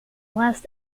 last